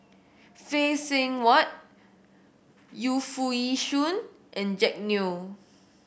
Phay Seng Whatt Yu Foo Yee Shoon and Jack Neo